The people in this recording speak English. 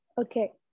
okay